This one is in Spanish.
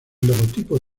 logotipo